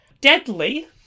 deadly